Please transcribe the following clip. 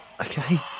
Okay